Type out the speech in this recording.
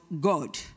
God